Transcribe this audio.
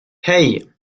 hey